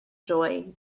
joy